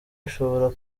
ashobora